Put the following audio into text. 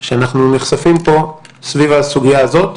שאנחנו נחשפים פה, סביב הסוגיה הזאת,